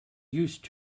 used